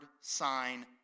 sign